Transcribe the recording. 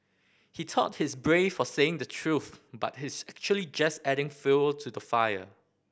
he thought he's brave for saying the truth but he's actually just adding fuel to the fire